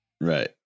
Right